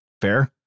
fair